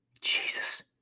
Jesus